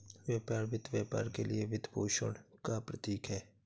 व्यापार वित्त व्यापार के लिए वित्तपोषण का प्रतीक है